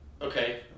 Okay